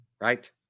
right